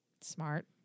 Smart